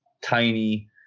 tiny